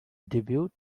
debut